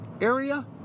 area